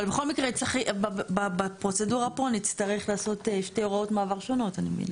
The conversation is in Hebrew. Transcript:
אבל בכל מקרה נצטרך בפרוצדורה פה נצטרך לעשות שתי הוראות מעבר שונות.